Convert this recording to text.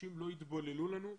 ואנשים לא יתבוללו לנו,